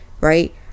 right